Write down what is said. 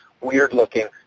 weird-looking